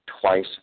twice